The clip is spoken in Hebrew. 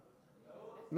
העבודה.